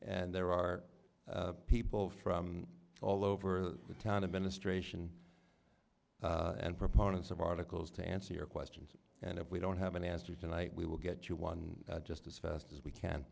and there are people from all over the town of ministration and proponents of articles to answer your questions and if we don't have an answer tonight we will get you one just as fast as we can